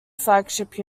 flagship